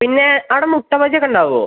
പിന്നെ അവിടെ മുട്ട ബജിയൊക്കെ ഉണ്ടാവുമോ